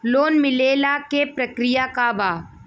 Loan मिलेला के प्रक्रिया का बा?